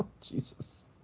Jesus